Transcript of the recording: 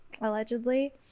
allegedly